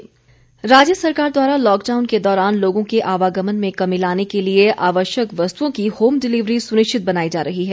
जयराम राज्य सरकार द्वारा लॉकडाउन के दौरान लोगों के आवागमन में कमी लाने के लिए आवश्यक वस्तुओं की होम डिलीवरी सुनिश्चित बनाई जा रही है